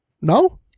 No